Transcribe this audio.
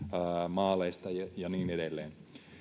maaleista ja ja niin edelleen